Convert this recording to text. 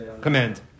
command